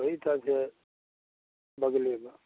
ओहिठाम छै बगलेमे